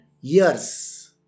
years